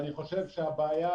יש החלטות ממשלה,